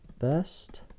best